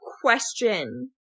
question